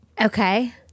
Okay